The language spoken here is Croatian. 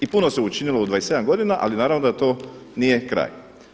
I puno se učinilo u 27 godina, ali naravno da to nije kraj.